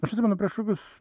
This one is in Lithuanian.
aš atsimenu prieš kokius